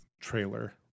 trailer